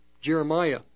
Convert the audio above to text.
Jeremiah